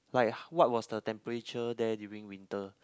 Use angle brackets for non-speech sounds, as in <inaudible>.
like <noise> what was the temperature there during winter